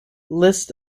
list